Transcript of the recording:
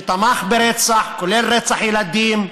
שתמך ברצח, כולל רצח ילדים,